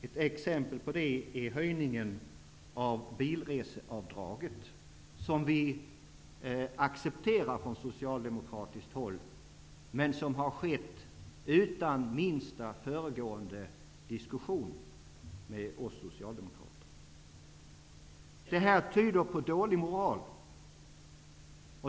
Ett exempel på detta är höjningen av bilreseavdraget, som vi Socialdemokrater accepterar men som har skett utan minsta föregående diskussion med oss. Detta tyder på dålig moral.